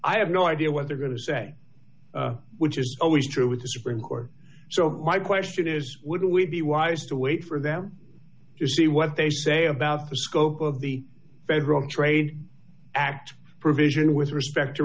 i have no idea what they're going to say which is always true with the supreme court so why question is would we be wise to wait for them to see what they say about the scope of the federal trade act provision with respect to